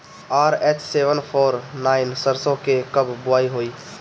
RH seven four nine सरसो के कब बुआई होई?